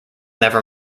never